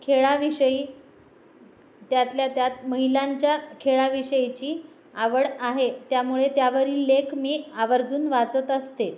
खेळाविषयी त्यातल्या त्यात महिलांच्या खेळाविषयीची आवड आहे त्यामुळे त्यावरील लेख मी आवर्जून वाचत असते